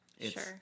Sure